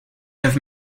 have